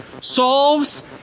solves